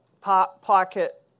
pocket